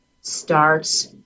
starts